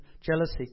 jealousy